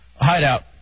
Hideout